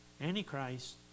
Antichrist